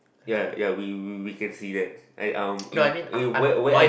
ya ya we we we can can see that I uh in eh where where I